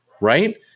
right